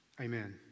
Amen